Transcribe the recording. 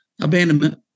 Abandonment